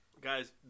guys